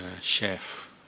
chef